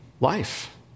Life